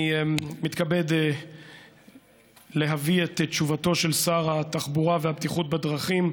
אני מתכבד להביא את תשובתו של שר התחבורה והבטיחות בדרכים.